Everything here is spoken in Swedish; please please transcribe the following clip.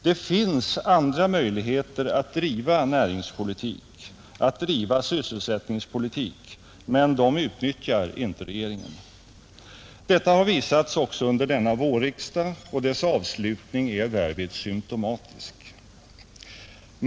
Det finns andra möjligheter att driva näringspolitik, att driva sysselsättningspolitik, men dem utnyttjar inte regeringen, Detta har visats också under denna vårriksdag, och dess avslutning är symtomatisk.